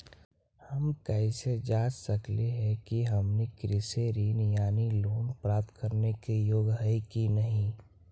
हमनी कैसे जांच सकली हे कि हमनी कृषि ऋण यानी लोन प्राप्त करने के योग्य हई कि नहीं?